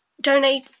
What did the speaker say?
donate